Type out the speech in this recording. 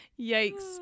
Yikes